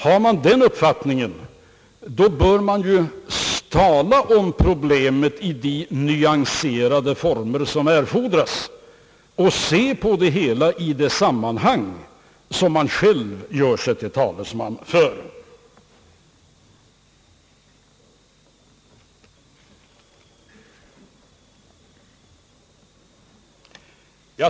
Har man den uppfattningen, bör man tala om problemet i nyanserade former och se på det hela i det sammanhang som man gör sig till talesman för.